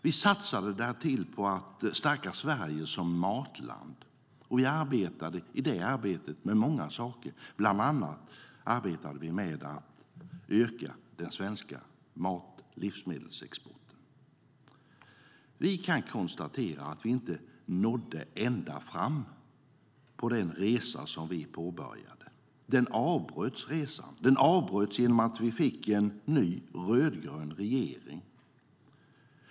Vi satsade därtill på att stärka Sverige som matland. Vi arbetade i den satsningen med många saker, bland annat med att öka den svenska mat och livsmedelsexporten. Vi kan konstatera att vi inte nådde ända fram på den resa som vi påbörjade. Resan avbröts genom att vi fick en ny, rödgrön regering.